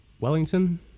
Wellington